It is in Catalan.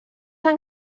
amb